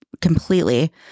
Completely